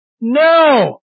No